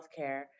healthcare